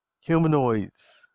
Humanoids